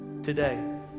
Today